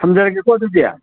ꯊꯝꯖꯔꯒꯦꯀꯣ ꯑꯗꯨꯗꯤ